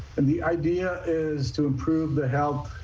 and the idea is to improve the health,